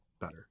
better